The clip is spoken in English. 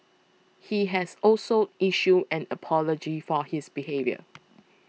he has also issued an apology for his behaviour